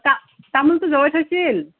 তা তামোলটো লৈ থৈছিল